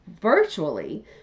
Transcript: virtually